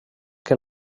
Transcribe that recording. que